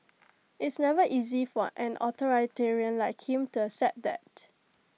it's never easy for an authoritarian like you to accept that